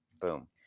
Boom